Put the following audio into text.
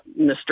Mr